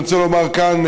אני רוצה לומר כאן,